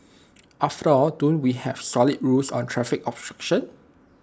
after all don't we have solid rules on traffic obstruction